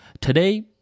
Today